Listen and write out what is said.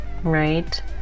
right